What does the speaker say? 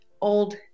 old